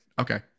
okay